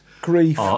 Grief